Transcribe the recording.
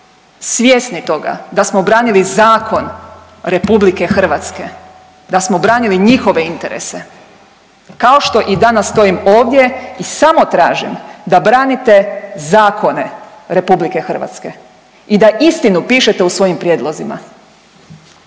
svjesni toga da smo branili zakon RH, da smo branili njihove interese kao što i danas stojim ovdje i samo tražim da branite zakone RH i da istinu pišete u svojim prijedlozima.